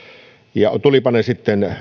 ja tulivatpa ne sitten